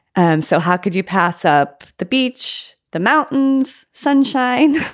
and so how could you pass up the beach, the mountains? sunshine?